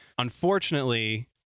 Unfortunately